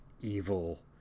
evil